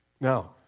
Now